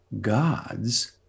God's